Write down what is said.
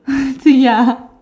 to ya